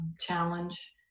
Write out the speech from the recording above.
challenge